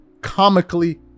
comically